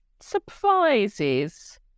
surprises